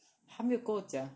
他没有跟我讲